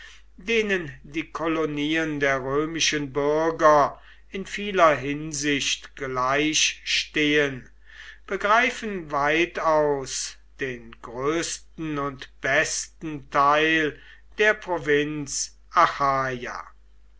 denen die kolonien der römischen bürger in vieler hinsicht gleichstehen begreifen weitaus den größten und besten teil der provinz